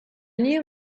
new